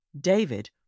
David